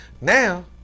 Now